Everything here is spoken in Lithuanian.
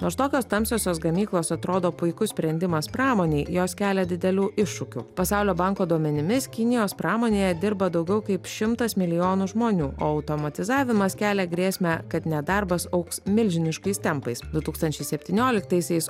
nors tokios tamsiosios gamyklos atrodo puikus sprendimas pramonėj jos kelia didelių iššūkių pasaulio banko duomenimis kinijos pramonėje dirba daugiau kaip šimtas milijonų žmonių o automatizavimas kelia grėsmę kad nedarbas augs milžiniškais tempais du tūkstančiai septynioliktaisiais